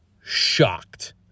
shocked